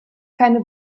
keine